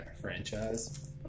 franchise